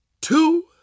two